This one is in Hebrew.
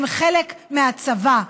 הם חלק מהצבא,